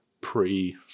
pre